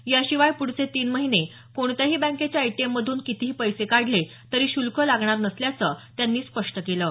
याशिवाय पुढचे तीन महिने कोणत्याही बँकेच्या एटीएममधून कितीही पैसे काढले तरी श्र्ल्क लागणार नसल्याचं त्यांनी स्पष्ट केलं आहे